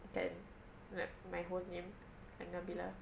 kan like my whole name I'm nabilah